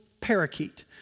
Parakeet